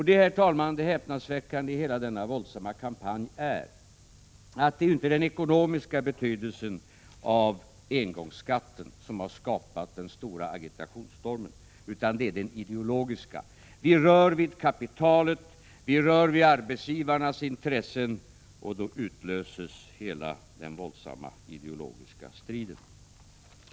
Det häpnadsväckande i hela denna våldsamma kampanj är, herr talman, att det inte rör sig om att den ekonomiska betydelsen av engångsskatten har åstadkommit den starka agitationsstormen, utan det är den ideologiska betydelsen. Vi rör vid kapitalet, vi rör vid arbetsgivarnas intressen, och då utlöses hela den våldsamma ideologiska striden.